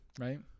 right